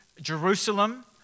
Jerusalem